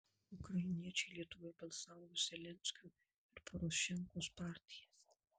ukrainiečiai lietuvoje balsavo už zelenskio ir porošenkos partijas